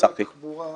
ממשרד התחבורה,